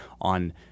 on